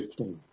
15